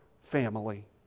family